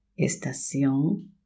estación